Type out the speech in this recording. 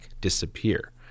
disappear